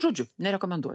žodžiu nerekomenduoju